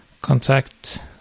contact